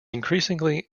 increasingly